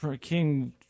King